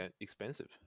expensive